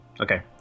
Okay